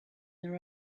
there